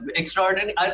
extraordinary